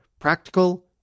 practical